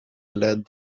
led